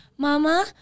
Mama